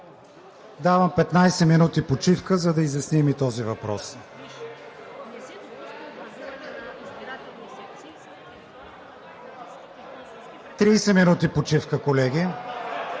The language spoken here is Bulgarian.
Давам 15 минути почивка, за да изясним и този въпрос. 30 минути почивка, колеги.